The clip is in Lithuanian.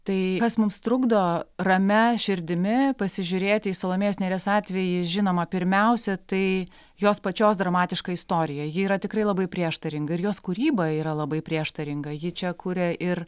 tai kas mums trukdo ramia širdimi pasižiūrėti į salomėjos nėries atvejį žinoma pirmiausia tai jos pačios dramatiška istorija ji yra tikrai labai prieštaringa ir jos kūryba yra labai prieštaringa ji čia kuria ir